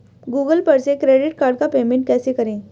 Google पर से credit card का पेमेंट कैसे करें?